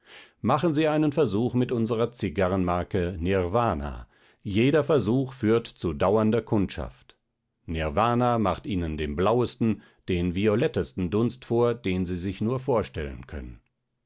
machen sie einen versuch mit unserer zigarrenmarke nirwana jeder versuch führt zu dauernder kundschaft nirwana macht ihnen den blauesten den violettesten dunst vor den sie sich nur vorstellen können